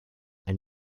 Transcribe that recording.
and